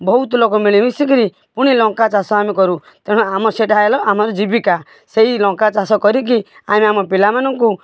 ବହୁତ ଲୋକ ମିଳିମିଶିକିରି ପୁଣି ଲଙ୍କା ଚାଷ ଆମେ କରୁ ତେଣୁ ଆମ ସେଟା ହେଲା ଆମର ଜୀବିକା ସେଇ ଲଙ୍କା ଚାଷ କରିକି ଆମେ ଆମ ପିଲାମାନଙ୍କୁ